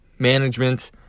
management